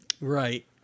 Right